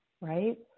right